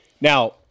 Now